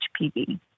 HPV